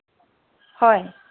হয়